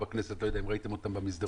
אני לא יודע אם ראיתם אותם במסדרונות.